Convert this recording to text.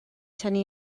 tynnu